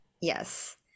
Yes